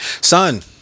Son